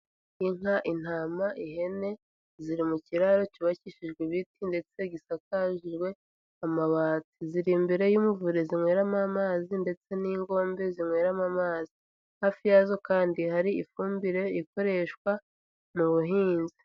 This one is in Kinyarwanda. Inka, intama, ihene, ziri mu kiraro cyubakishijwe ibiti ndetse gisakarijwe amabati, ziri imbere y'umuvure zinyweramo amazi ndetse n'ingombe zinyweramo amazi, hafi yazo kandi hari ifumbire ikoreshwa mu buhinzi.